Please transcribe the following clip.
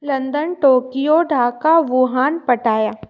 London Tokyo Dhaka Wuhan Pattaya